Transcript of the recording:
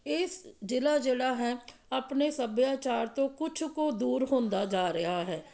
ਇਸ ਜ਼ਿਲ੍ਹਾ ਜਿਹੜਾ ਹੈ ਆਪਣੇ ਸੱਭਿਆਚਾਰ ਤੋਂ ਕੁਛ ਕੁ ਦੂਰ ਹੁੰਦਾ ਜਾ ਰਿਹਾ ਹੈ